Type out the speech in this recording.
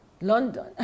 London